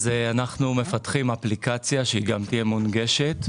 אז אנחנו מפתחים אפליקציה שהיא גם תהיה מונגשת.